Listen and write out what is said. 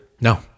No